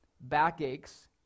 backaches